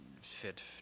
fit